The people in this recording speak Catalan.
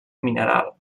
mineral